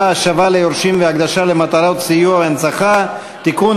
(השבה ליורשים והקדשה למטרות סיוע והנצחה) (תיקון,